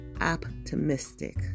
optimistic